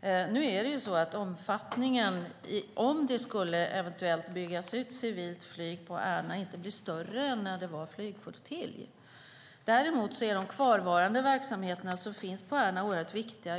Nu är det ju så att omfattningen, om det eventuellt skulle byggas ut civilt flyg på Ärna, inte blir större än när det var flygflottilj. Däremot är de kvarvarande verksamheterna på Ärna oerhört viktiga.